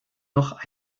noch